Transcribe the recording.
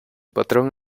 patrón